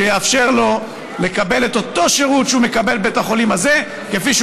מאפשרים לו לקבל בבית החולים הזה את אותו